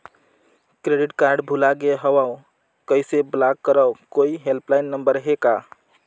Credit card भुला गे हववं कइसे ब्लाक करव? कोई हेल्पलाइन नंबर हे का?